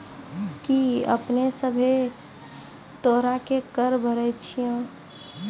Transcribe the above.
कि अपने सभ्भे तरहो के कर भरे छिये?